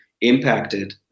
impacted